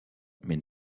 mais